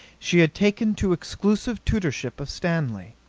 she had taken to exclusive tutorship of stanley.